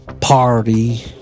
party